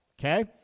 okay